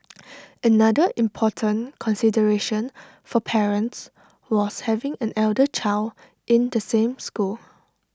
another important consideration for parents was having an elder child in the same school